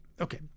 Okay